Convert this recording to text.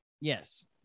Yes